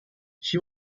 she